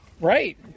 Right